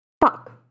Fuck